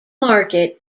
market